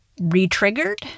re-triggered